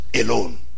alone